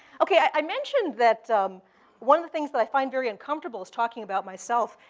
okay, i mentioned that one of the things that i find very uncomfortable is talking about myself.